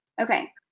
okay